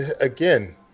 Again